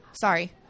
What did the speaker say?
Sorry